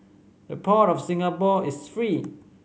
the Port of Singapore is free